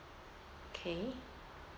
okay